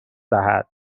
دهد